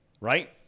right